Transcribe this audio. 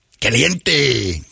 Caliente